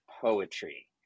Poetry